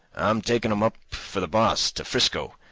i'm takin' m up for the boss to frisco.